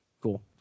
cool